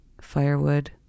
firewood